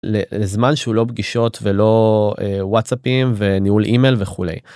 לזמן שהוא לא פגישות ולא וואטסאפים וניהול אימייל וכולי.